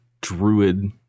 druid